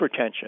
hypertension